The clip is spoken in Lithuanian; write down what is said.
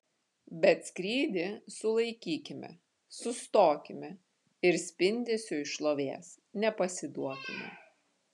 bet skrydį sulaikykime sustokime ir spindesiui šlovės nepasiduokime